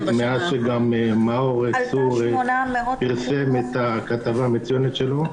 מאז שמאור צור פרסם את הכתבה המצוינת שלו.